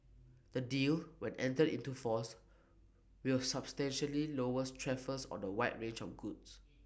the deal when entered into force will substantially lowers tariffs on A wide range of goods